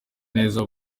neza